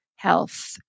health